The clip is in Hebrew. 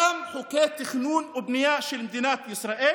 אותם חוקי תכנון ובנייה של מדינת ישראל,